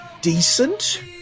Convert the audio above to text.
decent